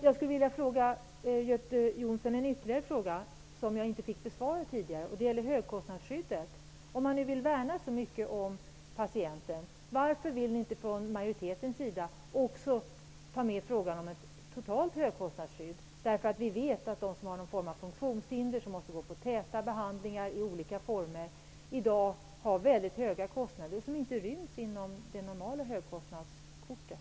Jag skulle vilja till Göte Jonsson ställa en ytterligare fråga, som jag inte fick besvarad tidigare. Det gäller högkostnadsskyddet. Om man nu värnar så mycket om patienten, varför vill man inte från majoritetens sida också ta med frågan om ett totalt högkostnadsskydd? Vi vet att den som har någon form av funktionshinder och måste gå på täta behandlingar i olika former i dag har väldigt höga kostnader, som inte ryms inom det normala högkostnadskortet.